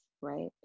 right